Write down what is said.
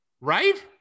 right